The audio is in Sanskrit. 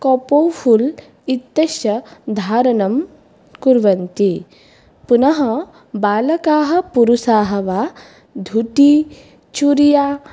कोपोफुल् इत्यस्य धारणं कुर्वन्ति पुनः बालकाः पुरुषाः वा धोति चुरिया